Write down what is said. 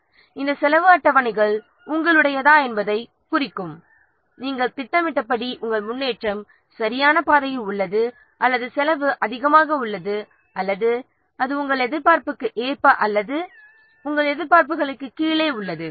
எனவே இந்த செலவு அட்டவணைகள் உங்களுடையதா என்பதைக் குறிக்கும் நாம் திட்டமிட்டபடி உங்கள் முன்னேற்றம் சரியான பாதையில் உள்ளது அல்லது செலவு அதிகமாக உள்ளது அல்லது அது உங்கள் எதிர்பார்ப்புக்கு ஏற்ப அல்லது உங்கள் எதிர்பார்ப்புகளுக்குக் கீழே உள்ளது